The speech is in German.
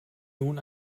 nun